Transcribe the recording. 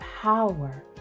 power